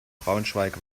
braunschweig